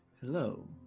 Hello